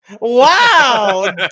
Wow